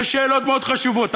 יש שאלות מאוד חשובות.